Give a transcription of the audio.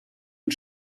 und